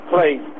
please